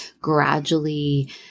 gradually